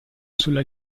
sulla